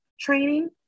training